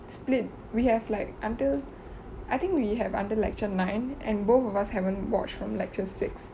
split we have like until I think we have until lecture nine and both of us haven't watch from lecture six